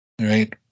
right